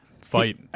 fight